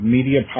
Media